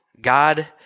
God